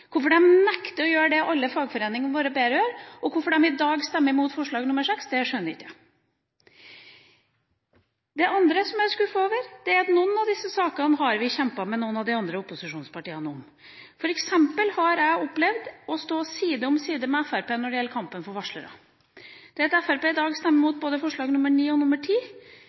hvorfor de nekter å gjøre det alle fagforeningene våre ber om, og hvorfor regjeringspartiene i dag stemmer mot forslag nr. 6, skjønner jeg ikke. Til det andre som jeg er skuffet over: Noen av disse sakene har vi kjempet med noen av de andre opposisjonspartiene om. For eksempel har jeg opplevd å stå side om side med Fremskrittspartiet når det gjelder kampen for varslere. Fremskrittspartiet stemmer i dag imot både forslag nr. 9 og